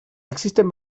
existen